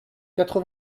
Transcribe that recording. quatre